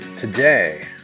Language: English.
Today